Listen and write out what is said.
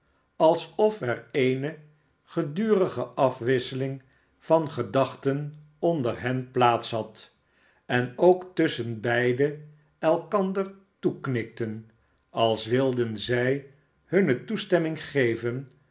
alsof er eene gedurige afwisseling van gedachten onder hen plaats had en ook tusschenbeide elkander toeknikten als wilden zij hunne toestemming geven